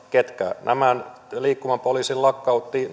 ketkä tämän liikkuvan poliisin lakkauttivat